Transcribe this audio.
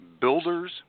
builders